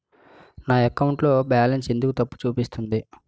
నా అకౌంట్ లో బాలన్స్ ఎందుకు తప్పు చూపిస్తుంది?